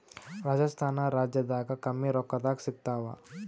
ರಾಜಸ್ಥಾನ ರಾಜ್ಯದಾಗ ಕಮ್ಮಿ ರೊಕ್ಕದಾಗ ಸಿಗತ್ತಾವಾ?